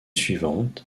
suivantes